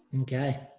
Okay